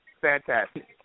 Fantastic